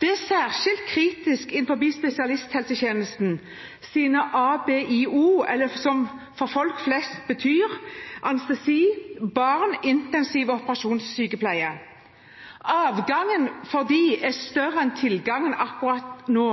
Det er særskilt kritisk innenfor spesialisthelsetjenestens ABIO, som for folk flest betyr anestesi-, barne-, intensiv- og operasjonssykepleie. Avgangen for dem er større enn tilgangen akkurat nå,